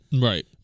Right